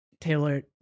Taylor